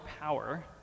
power